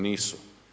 Nisu.